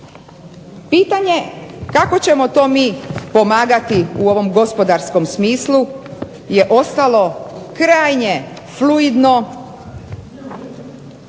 Pitanje kako ćemo to mi pomagati u ovom gospodarskom smislu je ostalo krajnje fluidno,